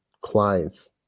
clients